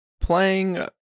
Playing